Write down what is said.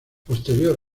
posterior